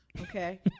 okay